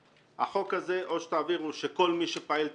בחוק הזה או שתעבירו שכל מי שפעיל טרור,